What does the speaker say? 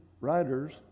Writers